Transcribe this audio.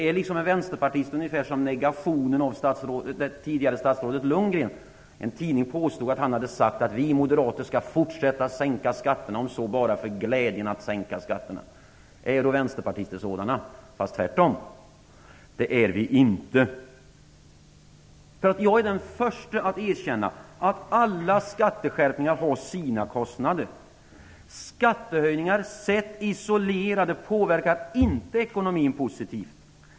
Är en vänsterpartist negation av det tidigare statsrådet Lundgren? En tidning påstår att denne har sagt att moderaterna skall fortsätta att sänka skatterna, om så bara för glädjen att få göra det. Är då vänsterpartister sådana, fast tvärtom? Det är vi inte. Jag är den förste att erkänna att alla skatteskärpningar har sina kostnader. Skattehöjningar sett isolerade påverkar inte ekonomin positivt.